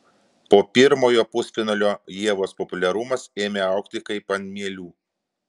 po pirmojo pusfinalio ievos populiarumas ėmė augti kaip ant mielių